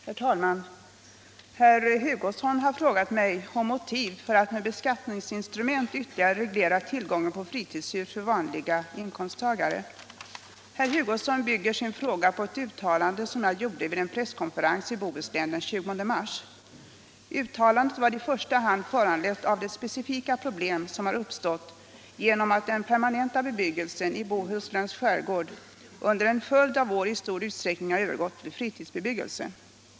Herr talman! Herr Hugosson har frågat mig om motiv för att med beskattningsinstrument ytterligare reglera tillgången på fritidshus för vanliga inkomsttagare. Herr Hugosson bygger sin fråga på ett uttalande som jag gjorde vid en presskonferens i Bohuslän den 20 mars. Uttalandet var i första hand föranlett av de specifika problem som har uppstått genom att .den permanenta bebyggelsen i Bohusläns skärgård under en följd av år i stor utsträckning har övergått till fritidsbebyggelse.